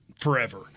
forever